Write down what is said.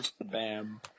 bam